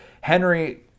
Henry